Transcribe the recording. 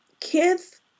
kids